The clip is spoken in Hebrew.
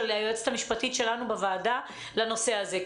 היועצת המשפטית שלנו בוועדה לנושא הזה.